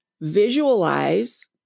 visualize